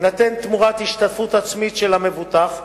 יינתן תמורת השתתפות עצמית של המבוטח,